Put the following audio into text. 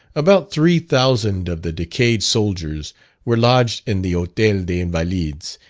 about three thousand of the decayed soldiers were lodged in the hotel des invalids,